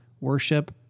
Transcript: worship